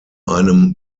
einem